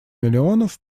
миллионов